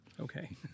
Okay